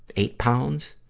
eight pounds,